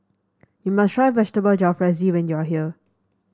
you must try Vegetable Jalfrezi when you are here